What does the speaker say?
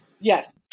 Yes